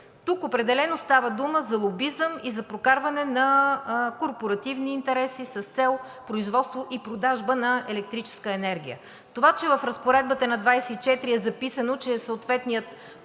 Тук определено става дума за лобизъм и за прокарване на корпоративни интереси с цел производство и продажба на електрическа енергия. Това, че в разпоредбата на чл. 24 е записано, че съответният